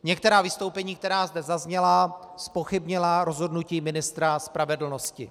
Některá vystoupení, která zde zazněla, zpochybnila rozhodnutí ministra spravedlnosti.